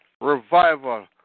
revival